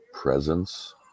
presence